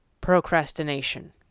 procrastination